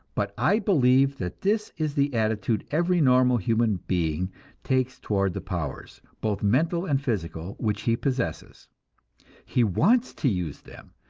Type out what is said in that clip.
but i believe that this is the attitude every normal human being takes toward the powers, both mental and physical, which he possesses he wants to use them,